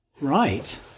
Right